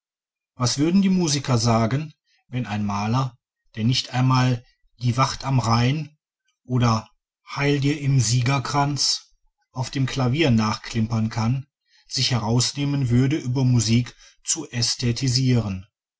was würden die musiker sagen wenn ein maler der nicht einmal die wacht am rhein oder heil dir im siegerkranz auf dem klavier nachklimpern kann sich herausnehmen würde über musik zu